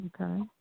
Okay